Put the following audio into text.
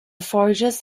forages